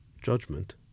judgment